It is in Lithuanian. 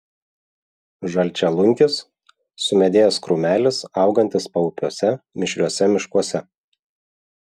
žalčialunkis sumedėjęs krūmelis augantis paupiuose mišriuose miškuose